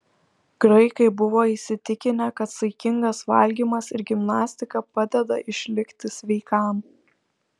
graikai buvo įsitikinę kad saikingas valgymas ir gimnastika padeda išlikti sveikam